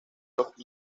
los